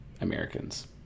Americans